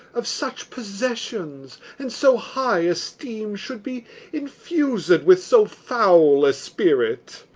of such possessions, and so high esteem, should be infused with so foul a spirit!